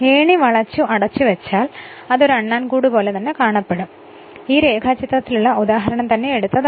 ഏണി വളച്ചു അടച്ചു വെച്ചാൽ അത് ഒരു സ്ക്വിറൽ കൂട് പോലെ തന്നെ കാണപ്പെടും അതുകൊണ്ടാണ് ഈ രേഖാചിത്രത്തിലുള്ള ഉദാഹരണം തന്നെ എടുത്തത്